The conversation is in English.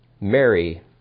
Mary